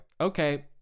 okay